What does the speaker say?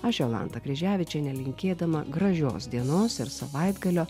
aš jolanta kryževičienė linkėdama gražios dienos ir savaitgalio